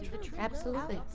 absolutely.